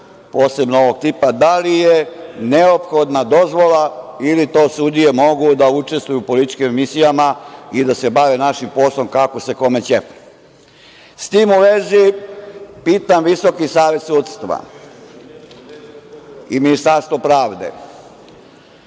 posebno ovog tipa? Da li je neophodna dozvola ili to sudije mogu da učestvuju u političkim emisijama i da se bave našim poslom kako se kome ćefne?S tim u vezi pitam Visoki savet sudstva i Ministarstvo pravde